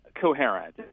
coherent